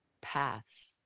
pass